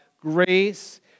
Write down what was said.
grace